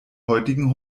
heutigen